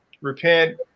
repent